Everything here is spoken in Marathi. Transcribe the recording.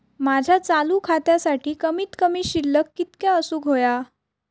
माझ्या चालू खात्यासाठी कमित कमी शिल्लक कितक्या असूक होया?